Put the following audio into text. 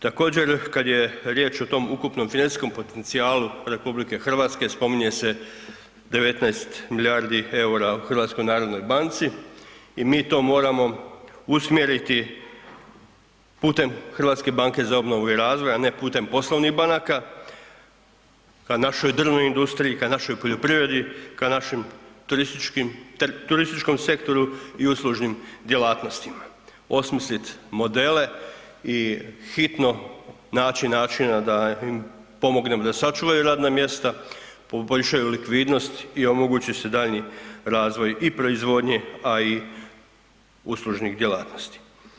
Također kada je riječ o tom ukupnom financijskom potencijalu RH spominje se 19 milijardi eura u HNB-u i mi to moramo usmjeriti putem HBOR-a, a ne putem poslovnih banaka k našoj drvnoj industriji, k našoj poljoprivredi, k našem turističkom sektoru i uslužnim djelatnostima, osmislit modele i hitno naći načina da im pomognemo da sačuvaju radna mjesta, poboljšaju likvidnost i omogući se daljnji razvoj i proizvodnje, a i uslužnih djelatnosti.